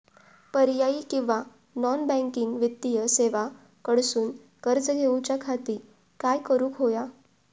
पर्यायी किंवा non banking वित्तीय सेवा कडसून कर्ज घेऊच्या खाती काय करुक होया?